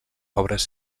obres